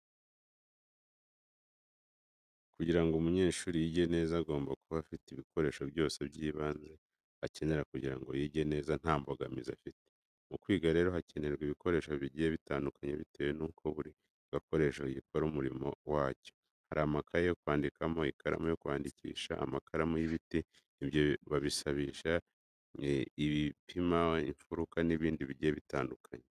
Kugira ngo umunyeshuri yige neza agomba kuba afite ibikoresho byose by'ibanze akenera kugira ngo yige neza nta mbogamizi afite. Mu kwiga rero hakenerwa ibikoresho bigiye bitandukanye bitewe nuko buri gikoresho gikora umurimo wacyo. Hari amakaye yo kwandikamo, ikaramu yo kwandikisha, amakaramu y'ibiti, ibyo basibisha, ibipima imfuruka n'ibindi bigiye bitandukanye.